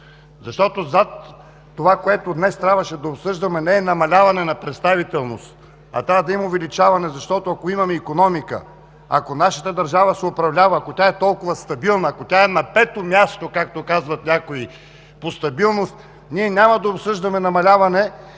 Защото това, което днес трябваше да обсъждаме, не е намаляване на представителност, а трябва да има увеличаване, защото, ако имаме икономика, ако нашата държава се управлява, ако тя е толкова стабилна, ако тя е на пето място, както казват някои, по стабилност, ние няма да обсъждаме намаляване,